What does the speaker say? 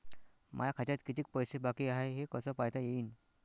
माया खात्यात कितीक पैसे बाकी हाय हे कस पायता येईन?